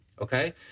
Okay